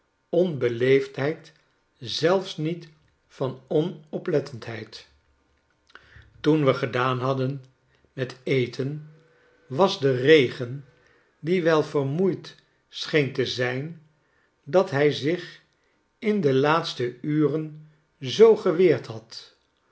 onbeleefdheid zelfs niet van onoplettendheid toen we gedaan hadden met eten was de regen die wel vermoeid scheen te zijn dat hij zich in de laatste uren zoo geweerd had